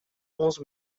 onze